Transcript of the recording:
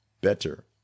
better